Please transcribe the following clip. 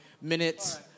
minutes